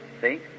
See